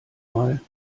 mal